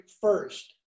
first